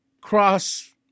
Cross